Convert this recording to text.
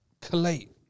Collate